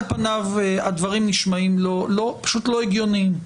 על פניו הדברים נשמעים פשוט לא הגיוניים,